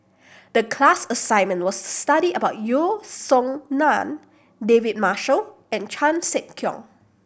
the class assignment was to study about Yeo Song Nian David Marshall and Chan Sek Keong